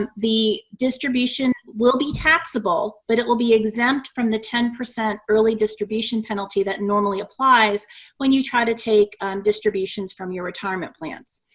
and the distribution will be taxable, but it will be exempt from the ten percent early distribution penalty that normally applies when you try to take distributions from your retirement plans.